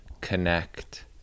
connect